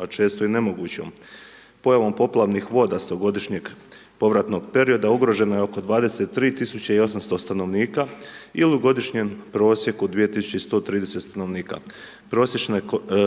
a često i nemogućom. Pojavom poplavnih voda 100-godišnjeg povratnog perioda ugroženo je oko 23.800 stanovnika il u godišnjem prosjeku 2.130 stanovnika. Prosječne